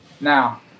now